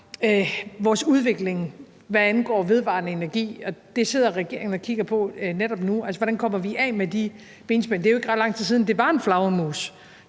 vores udvikling, hvad angår vedvarende energi. Det sidder regeringen og kigger på netop nu, altså hvordan vi kommer af med de benspænd. Det er jo ikke ret lang tid siden, at det var en flagermus,